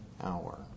hour